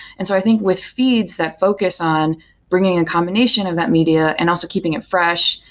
and so i think with feeds that focus on bringing a combination of that media and also keeping it fresh,